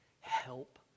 Help